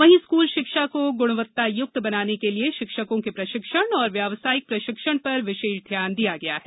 वहीं स्कूल शिक्षा को गुणवत्तायुक्त बनाने के लिए शिक्षकों के प्रशिक्षण और व्यावसायिक प्रशिक्षण पर विशेष ध्यान दिया गया है